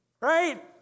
Right